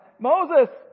Moses